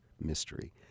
mystery